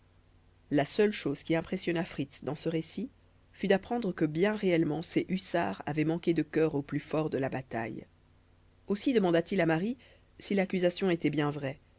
la seule chose qui impressionna fritz dans ce récit fut d'apprendre que bien réellement ses hussards avaient manqué de cœur au plus fort de la bataille aussi demanda-t-il à marie si l'accusation était bien vraie